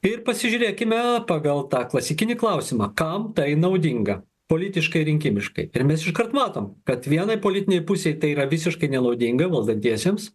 ir pasižiūrėkime pagal tą klasikinį klausimą kam tai naudinga politiškai rinkimiškai ir mes iškart matom kad vienai politinei pusei tai yra visiškai nenaudinga valdantiesiems